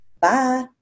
Bye